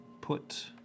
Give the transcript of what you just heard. put